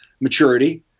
maturity